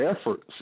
efforts